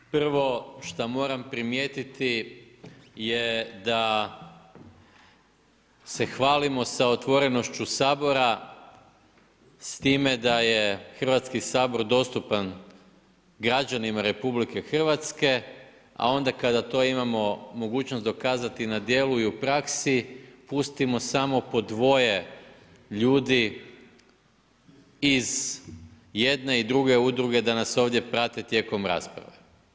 Prvo šta moram primijetiti je da se hvalimo sa otvorenošću Sabora s time da je Hrvatski sabor dostupan građanima RH, a onda kada to imamo mogućnost dokazati na djelu i u praksi pustimo samo po dvoje ljudi iz jedne i druge udruge da nas ovdje prate tijekom rasprave.